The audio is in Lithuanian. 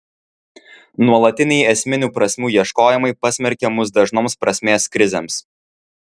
nuolatiniai esminių prasmių ieškojimai pasmerkia mus dažnoms prasmės krizėms